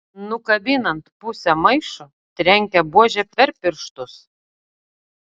nukabinant pusę maišo trenkia buože per pirštus